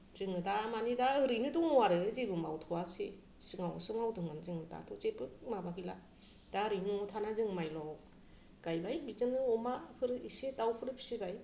जोङो दा माने दा ओरैनो दङ आरो जेबो मावथ'वासै सिगाङावसो मावदोंमोन जों दाथ' जेबो माबा गैला दा ओरैनो न'आव थाना जों माइल' गायबाय बिदिनो अमाफोर इसे दाउफोर फिसिबाय